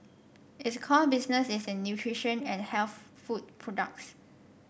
its core business is in nutrition and health food products